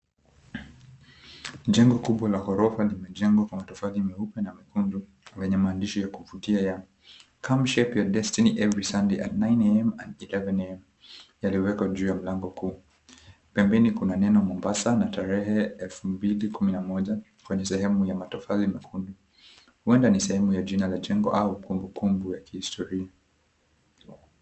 Jengo kubwa la ghorofa limejengwa kwa matofali meupe na mekundu lenye maandishi ya kuvutia ya Come shape your destiny every Sunday at 9am and 11am yaliyowekwa juu ya mlangu kuu. Pembeni kuna neno Mombasa na tarehe elfu mbili kumi na moja kwenye sehemu ya matofali mekundu. Huenda ni sehemu ya jina la jengo au kumbukumbu ya kihistoria.